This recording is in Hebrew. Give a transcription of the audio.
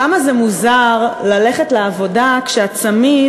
כמה זה מוזר ללכת לעבודה כשהצמיד